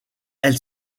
elle